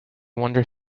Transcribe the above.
wander